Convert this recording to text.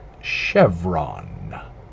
Chevron